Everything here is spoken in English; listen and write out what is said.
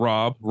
Rob